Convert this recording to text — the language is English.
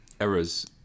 errors